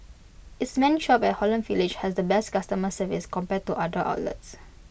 its main shop at Holland village has the best customer service compared to other outlets